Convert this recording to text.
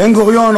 בן-גוריון,